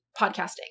podcasting